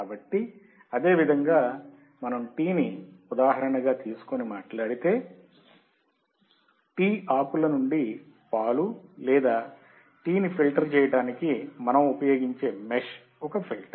కాబట్టి అదే విధంగా మనం టీ ని ఉదాహరణ గా తీసుకుని మాట్లాడితే టీ ఆకుల నుండి పాలు లేదా టీని ఫిల్టర్ చేయడానికి మనం ఉపయోగించే మెష్ ఒక ఫిల్టర్